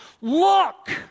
Look